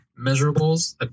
measurables